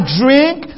drink